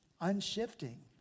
Unshifting